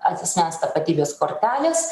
asmens tapatybės kortelės